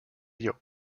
río